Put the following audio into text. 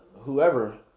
whoever